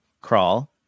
crawl